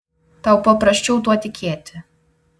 tau paprasčiau tuo tikėti